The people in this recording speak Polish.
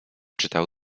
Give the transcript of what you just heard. czytał